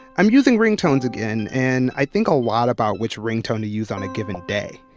i'm using ringtones again and i think a lot about which ringtone to use on a given day.